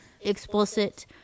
explicit